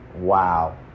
Wow